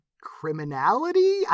criminality